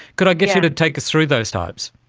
could i get you to take us through those types?